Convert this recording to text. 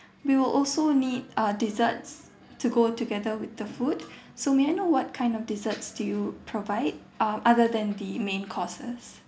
we will also need uh desserts to go together with the food so may I know what kind of desserts do you provide uh other than the main courses